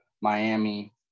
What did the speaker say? Miami